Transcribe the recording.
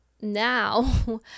now